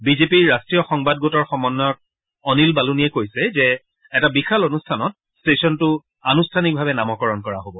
বিজেপিৰ ৰাষ্ট্ৰীয় সংবাদ গোটৰ সমন্বয়ক অনিল বালুনিয়ে কৈছে যে এটা বিশাল অনুষ্ঠানত ষ্টেচনটো আনুষ্ঠানিকভাৱে নামকৰণ কৰা হব